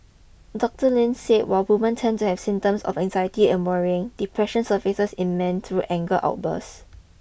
Doctor Lin said while women tend to have symptoms of anxiety and worrying depression surfaces in men through anger outbursts